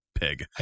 pig